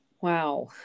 Wow